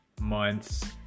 months